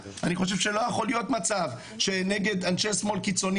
אני חושב שלא יכול להיות מצב שנגד אנשי שמאל קיצוני